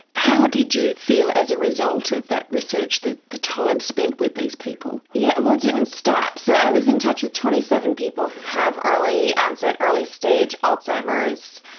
how did you feel as a result of that research, the the time spent with these people? yeah well, it didn't stop. so i was in touch with twenty seven people who have early onset, early stage alzheimer's,